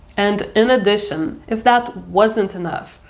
and in addition, if that wasn't enough,